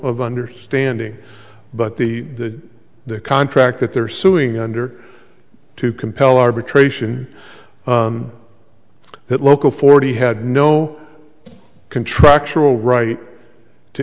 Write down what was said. of understanding but the contract that they're suing under to compel arbitration that local forty had no contractual right to